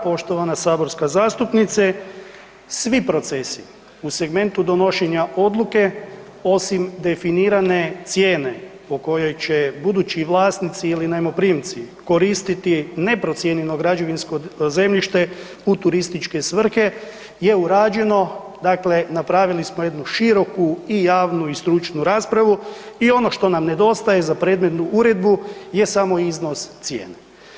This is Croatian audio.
Poštovana saborska zastupnice, svi procesi u segmentu donošenja odluke osim definirane cijene po kojoj će budući vlasnici ili najmoprimci koristiti neprocijenjeno građevinsko zemljište u turističke svrhe je urađeno, dakle napravili smo jednu široku i javnu i stručnu raspravu i ono što nam nedostaje za predmetnu uredbu je samo iznos cijene.